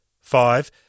five